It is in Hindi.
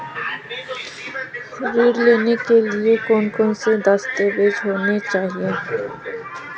ऋण लेने के लिए कौन कौन से दस्तावेज होने चाहिए?